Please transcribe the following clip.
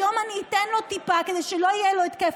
היום אני אתן לו טיפה כדי שלא יהיה לו התקף